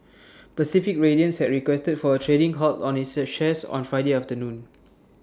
Pacific Radiance had requested for A trading halt on its A shares on Friday afternoon